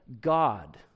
God